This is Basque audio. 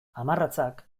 hamarratzak